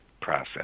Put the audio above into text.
process